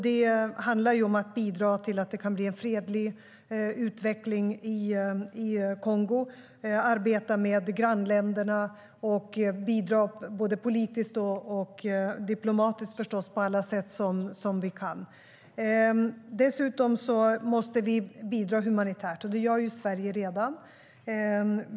Det handlar om att bidra till en fredlig utveckling i Kongo, att arbeta med grannländerna och att bidra både politiskt och diplomatiskt på alla sätt vi kan. Vi måste också bidra humanitärt, och det gör Sverige redan.